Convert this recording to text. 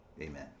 Amen